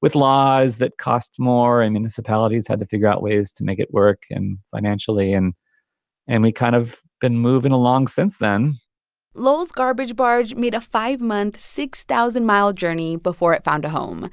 with laws that cost more, and municipalities had to figure out ways to make it work and financially. and and we kind of been moving along since then lowell's garbage barge made a five-month, six thousand mile journey before it found a home.